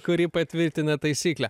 kuri patvirtina taisyklę